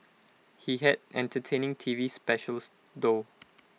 he had entertaining T V specials though